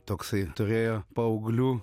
toksai turėjo paauglių